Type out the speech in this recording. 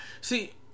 See